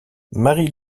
marie